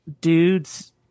dudes